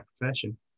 profession